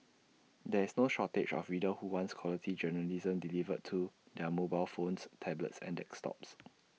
there is no shortage of readers who want quality journalism delivered to their mobile phones tablets and desktops